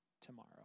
tomorrow